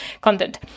content